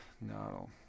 No